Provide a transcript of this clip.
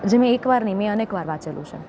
જે મેં એકવાર નહીં મેં અનેક વાર વાંચેલું છે